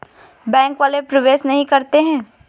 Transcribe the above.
Bank वाले प्रवेश नहीं करते हैं?